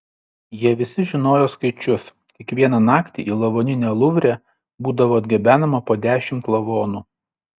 jie visi žinojo skaičius kiekvieną naktį į lavoninę luvre būdavo atgabenama po dešimt lavonų